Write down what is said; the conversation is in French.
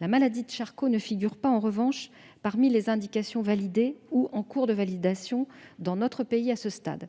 La maladie de Charcot ne figure en revanche pas parmi les indications validées ou en cours de validation dans notre pays, à ce stade.